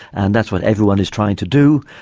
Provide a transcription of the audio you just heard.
and that's what everyone is trying to do,